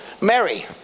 Mary